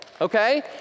okay